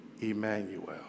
Emmanuel